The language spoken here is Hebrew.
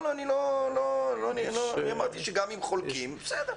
גם אם חולקים בסדר.